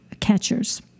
catchers